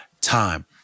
time